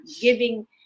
giving